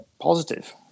positive